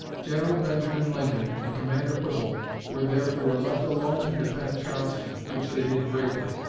general benjamin lincoln and commander whipple were, therefore, left alone to defend charleston, which they did bravely,